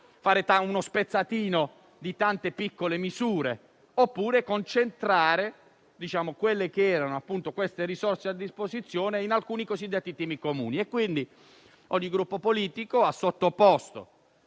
fare uno spezzatino di tante piccole misure oppure concentrare quelle risorse in alcuni cosiddetti temi comuni. Ogni Gruppo politico ha sottoposto